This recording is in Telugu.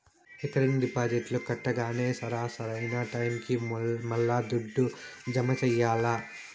రికరింగ్ డిపాజిట్లు కట్టంగానే సరా, సరైన టైముకి మల్లా దుడ్డు జమ చెయ్యాల్ల